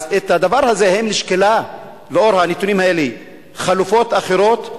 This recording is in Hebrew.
האם נשקלו לנוכח הנתונים האלה חלופות אחרות?